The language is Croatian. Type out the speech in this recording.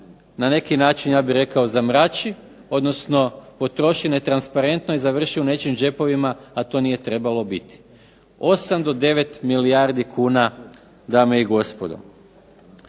na neki način ja bih rekao zamrači, odnosno potroši netransparentno i završi u nečijim džepovima, a to nije trebalo biti. 8 do 9 milijardi kuna dame i gospodo.